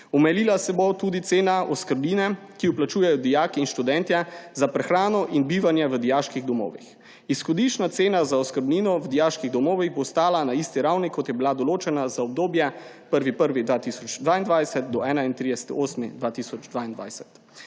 Omejila se bo tudi cena oskrbnine, ki jo plačujejo dijaki in študentje za prehrano in bivanje v dijaških domovih, izhodiščna cena za oskrbnino v dijaških domovih bo ostala na isti ravni, kot je bila določena za obdobje 1. 1. 2022 do 31. 8. 2022.